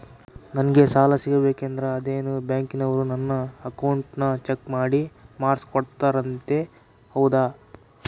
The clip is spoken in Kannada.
ನಂಗೆ ಸಾಲ ಸಿಗಬೇಕಂದರ ಅದೇನೋ ಬ್ಯಾಂಕನವರು ನನ್ನ ಅಕೌಂಟನ್ನ ಚೆಕ್ ಮಾಡಿ ಮಾರ್ಕ್ಸ್ ಕೊಡ್ತಾರಂತೆ ಹೌದಾ?